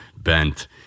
bent